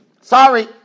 Sorry